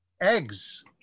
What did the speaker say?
Eggs